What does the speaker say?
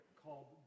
called